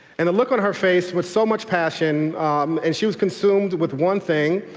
and the look on her face with so much passion and she was consumed with one thing,